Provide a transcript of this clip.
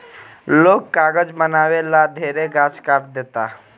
लोग कागज बनावे ला ढेरे गाछ काट देता